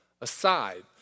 aside